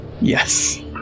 Yes